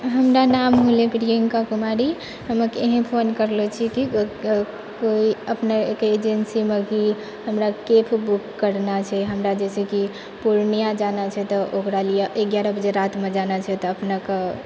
हमरा नाम भेलै प्रियंका कुमारी हमे अहाँके एहिले फोन करले छी कि कोई अपनेके एजेंसी मे हमरा अभी कैब बुक करना छै हमरा जैसे कि पूर्णिया जाना छै तऽ ओकरा लिये एगारह बजे रातिमे जाना छै तऽ अपने कऽ